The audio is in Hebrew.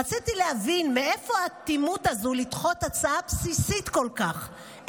רציתי להבין מאיפה האטימות הזו לדחות הצעה בסיסית כל כך,